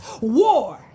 war